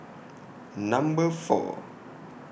Number four